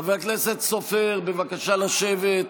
חבר הכנסת סופר, בבקשה לשבת.